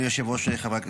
בשמו של שר הביטחון.